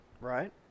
Right